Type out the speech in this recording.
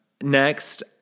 Next